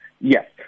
Yes